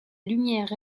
lumière